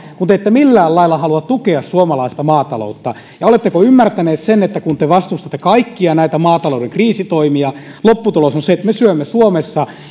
mutta ette millään lailla halua tukea suomalaista maataloutta oletteko ymmärtänyt sen että kun te vastustatte kaikkia näitä maatalouden kriisitoimia lopputulos on se että me syömme suomessa